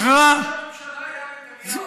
ומכרה, ראש הממשלה היה נתניהו.